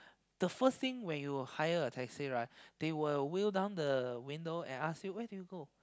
the first thing when you hire a taxi right they will wail down the window and ask you where do you go